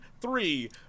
three